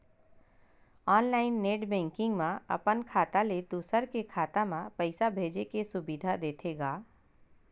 online net banking म अपन खाता ले दूसर के खाता म पइसा भेजे के सुबिधा देथे गा